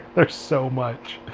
there's so much.